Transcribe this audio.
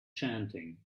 chanting